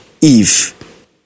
Eve